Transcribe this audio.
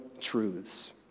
truths